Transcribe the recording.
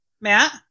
Matt